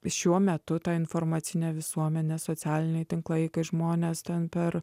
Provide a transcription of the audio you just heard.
šiuo metu tą informacinę visuomenę socialiniai tinklai kai žmonės ten per